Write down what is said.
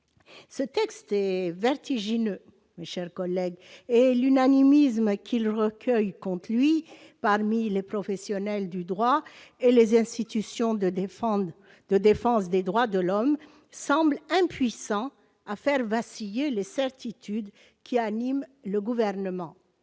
Ce texte est vertigineux, mes chers collègues, et l'unanimisme qu'il recueille contre lui parmi les professionnels du droit et les institutions de défense des droits de l'homme semble impuissant à faire vaciller les certitudes qui animent le Gouvernement.